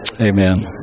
amen